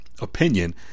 opinion